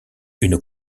une